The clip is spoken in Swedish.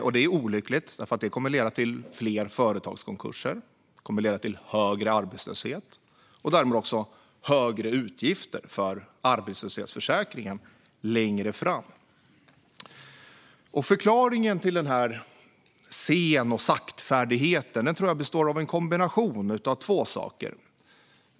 Detta är olyckligt, för det kommer att leda till fler företagskonkurser och högre arbetslöshet och därmed också till högre utgifter för arbetslöshetsförsäkringen längre fram. Förklaringen till den här sen och saktfärdigheten tror jag är en kombination av två saker.